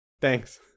Thanks